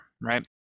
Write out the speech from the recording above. right